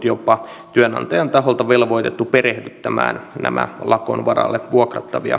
jopa työnantajan taholta velvoitettuja perehdyttämään nämä lakon varalle vuokrattavat